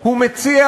הוא מציע,